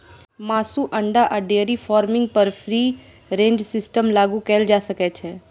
मासु, अंडा आ डेयरी फार्मिंग पर फ्री रेंज सिस्टम लागू कैल जा सकै छै